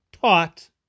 taught